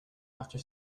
after